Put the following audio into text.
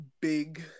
big